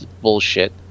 bullshit